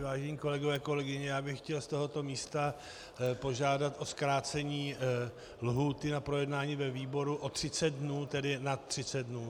Vážení kolegové, kolegyně, já bych chtěl z tohoto místa požádat o zkrácení lhůty na projednání ve výboru o 30 dnů, tedy na 30 dnů.